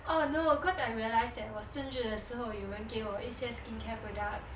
oh no cause I realised that 我生日的时候有人给我一些 skincare products